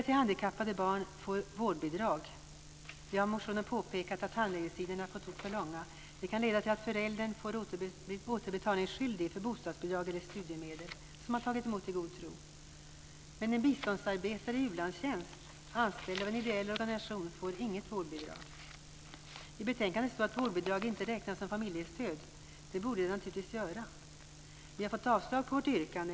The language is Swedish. Vi har i motioner påpekat att handläggningstiderna är på tok för långa. Det kan leda till att föräldern blir återbetalningsskyldig för bostadsbidrag eller studiemedel som tagits emot i god tro. En biståndsarbetare i utlandstjänst, anställd av en ideell organisation, får däremot inget vårdbidrag. I betänkandet står att vårdbidrag inte räknas som familjestöd. Det borde det naturligtvis göra. Vi har fått avslag på vårt yrkande.